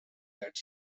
that